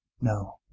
No